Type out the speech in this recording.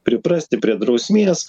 priprasti prie drausmės